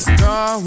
Star